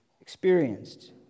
experienced